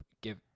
give